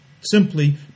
Simply